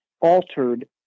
altered